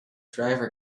driver